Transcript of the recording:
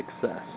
success